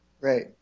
Right